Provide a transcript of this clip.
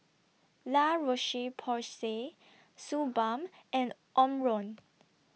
La Roche Porsay Suu Balm and Omron